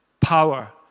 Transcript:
power